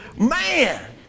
Man